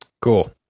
Cool